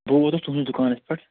بہٕ ووتُس تُہٕنٛدِس دُکانس پیٚٹھ